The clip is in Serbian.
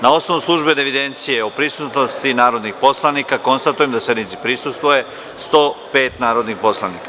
Na osnovu službene evidencije o prisutnosti narodnih poslanika, konstatujem da sednici prisustvuje 105 narodnih poslanika.